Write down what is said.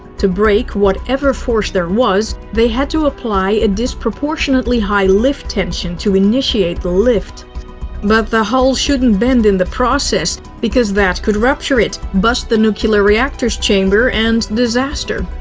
to break whatever force there was, they had to apply a disproportionately high lift tension to initiate the lift. but the hull shouldn't bend in the process, because that could rupture it, bust the nuclear reactors' chamber and. disaster.